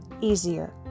easier